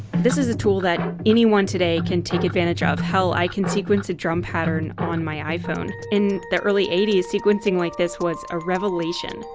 this is a tool that anyone today can take advantage ah of. hell, i can sequence a drum pattern on my iphone. in the early eighty s sequencing like this was a revelation.